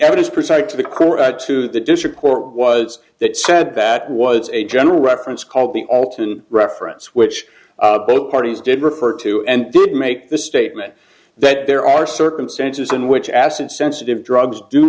evidence presented to the court to the district court was that said that was a general reference called the alton reference which both parties did refer to and did make the statement that there are circumstances in which acid sensitive drugs do